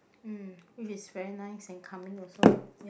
um which is very nice and calming also